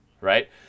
right